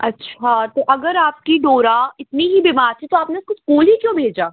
अच्छा तो अगर आपकी डोरा इतनी ही बीमार थी तो आपने उसको इस्कूल ही क्यों भेजा